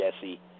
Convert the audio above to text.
Jesse